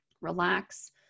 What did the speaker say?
Relax